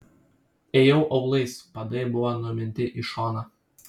ėjau aulais padai buvo numinti į šoną